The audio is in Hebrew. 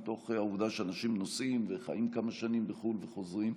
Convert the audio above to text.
מתוך העובדה שאנשים נוסעים וחיים כמה שנים בחו"ל וחוזרים.